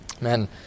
Amen